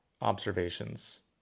observations